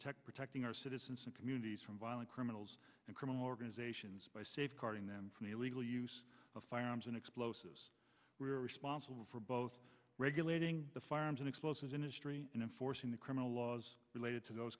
f protecting our citizens and communities from violent criminals and criminal organizations by safeguarding them from the illegal use of firearms and explosives were responsible for both regulating the firearms and explosives industry and forcing the criminal laws related to those